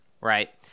Right